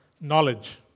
Knowledge